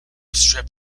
strip